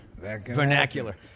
vernacular